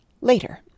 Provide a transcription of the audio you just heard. Later